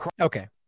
okay